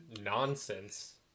nonsense